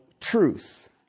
truth